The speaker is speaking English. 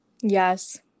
Yes